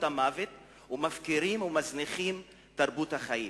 המוות ומפקירים ומזניחים את תרבות החיים,